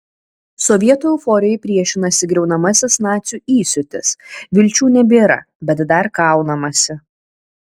sovietų euforijai priešinasi griaunamasis nacių įsiūtis vilčių nebėra bet dar kaunamasi